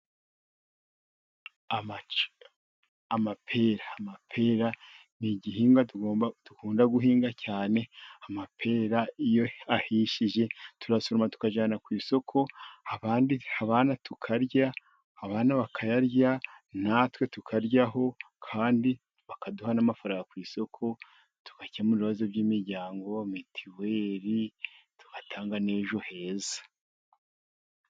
Amapera, amapera ni igihingwa dukunda guhinga cyane. Amapera iyo ahishije turasoroma tukajyana ku isoko, abandi tukarya, abana bakayarya, na twe tukaryaho, kandi bakaduha n'amafaranga ku isoko tugakemura ibibazo by'imiryango, mitiweri tugatanga n'ejo heza.